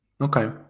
Okay